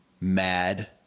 mad